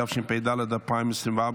התשפ"ד 2024,